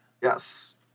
Yes